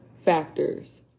factors